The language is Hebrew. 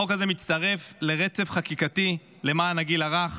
החוק הזה מצטרף לרצף חקיקתי למען הגיל הרך,